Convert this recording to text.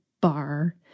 bar